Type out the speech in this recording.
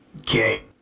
Okay